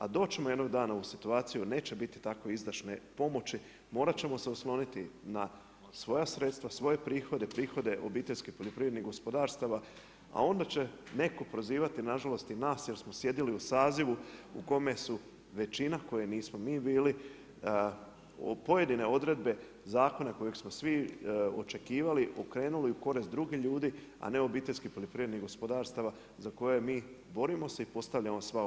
A doći ćemo jednog dana u situaciju, neće biti tako izdašne pomoći, morati ćemo se osloniti, na svoja sredstva, svoje prihode, prihode obiteljskih poljoprivrednih gospodarstava, a onda će netko prozivati, nažalost i nas, jer smo sjedili u sazivu, u kome smo većina, koje nismo mi bili, pojedine odredbe zakona kojeg smo svi očekivali, okrivili u korist drugih ljudi, a ne obiteljskih poljoprivrednih gospodarstava, za koje mi borimo se i postavljamo sva ova pitanja.